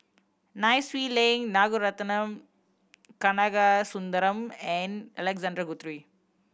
Nai Swee Leng Ragunathar Kanagasuntheram and Alexander Guthrie